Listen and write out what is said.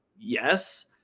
Yes